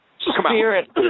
Spirit